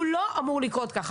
הוא לא אמור לקרות ככה.